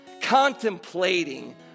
contemplating